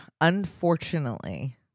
unfortunately